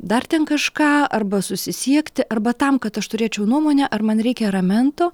dar ten kažką arba susisiekti arba tam kad aš turėčiau nuomonę ar man reikia ramento